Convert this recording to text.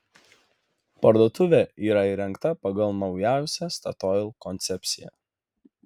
parduotuvė yra įrengta pagal naujausią statoil koncepciją